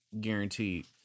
Guaranteed